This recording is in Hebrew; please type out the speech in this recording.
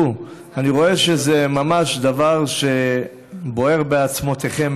אני רואה שזה דבר שממש בוער בעצמותיכם,